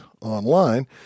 online